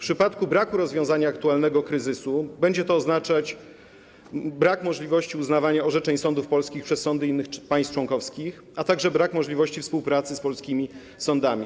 Braku możliwości rozwiązania, zażegnania aktualnego kryzysu będzie oznaczać brak możliwości uznawania orzeczeń sądów polskich przez sądy innych państw członkowskich, a także brak możliwości współpracy z polskimi sądami.